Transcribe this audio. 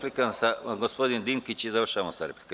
Rečima gospodin Dinkić i završavamo sa replikama.